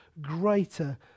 greater